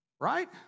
Right